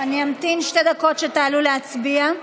אני אמתין שתי דקות שתעלו להצביע.